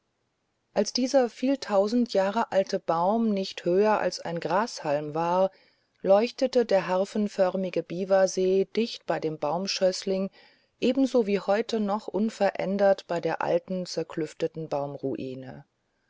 als dieser viel tausend jahre alte baum nicht höher als ein grashalm war leuchtete der harfenförmige biwasee dicht bei dem baumschößling ebenso wie heute noch unverändert bei der alten zerklüfteten